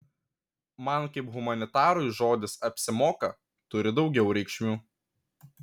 man kaip humanitarui žodis apsimoka turi daugiau reikšmių